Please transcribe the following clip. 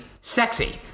sexy